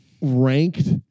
ranked